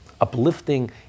uplifting